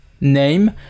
name